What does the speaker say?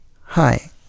Hi